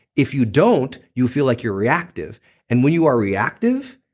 if you don't, you feel like you're reactive and when you are reactive,